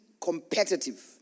competitive